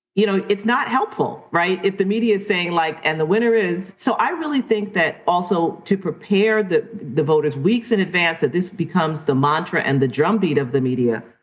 you know it's not helpful, right, if the media is saying, like and the winner is. so i really think that also to prepare the the voters weeks in advance that this becomes the mantra and the drum beat of the media,